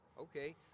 Okay